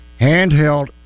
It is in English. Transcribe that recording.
handheld